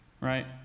right